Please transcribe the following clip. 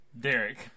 Derek